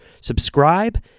subscribe